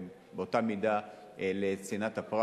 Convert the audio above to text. באותה מידה לצנעת הפרט